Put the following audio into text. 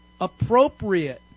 appropriate